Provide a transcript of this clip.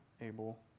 able